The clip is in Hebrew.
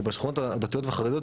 כי בשכונות הדתיות והחרדיות,